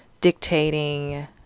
dictating